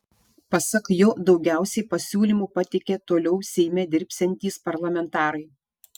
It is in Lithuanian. pasak jo daugiausiai pasiūlymų pateikė toliau seime dirbsiantys parlamentarai